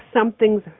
something's